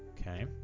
Okay